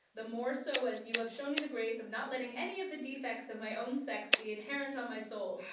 the more so as you have shown me the grace of not letting any of the defects of my own sex be inherent on my soul,